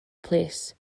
plîs